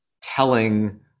telling